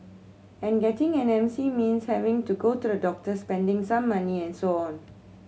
and getting an M C means having to go to the doctor spending some money and so on